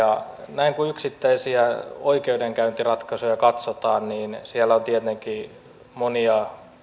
näin kun yksittäisiä oikeudenkäyntiratkaisuja katsotaan niin siellä on tietenkin monia